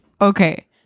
Okay